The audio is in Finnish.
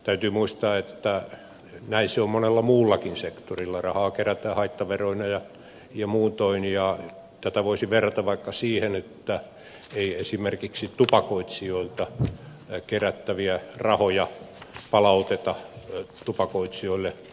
täytyy muistaa että näin se on monella muullakin sektorilla rahaa kerätään haittaveroina ja muutoin ja tätä voisi verrata vaikka siihen että ei esimerkiksi tupakoitsijoilta kerättäviä rahoja palauteta tupakoitsijoille